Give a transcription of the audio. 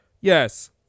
Yes